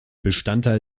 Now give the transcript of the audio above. bestandteil